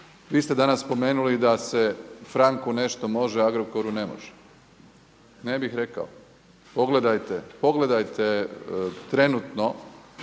Vi ste danas spomenuli da se Franku nešto može Agrokoru ne može. Ne bih rekao. Pogledajte trenutno